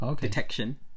detection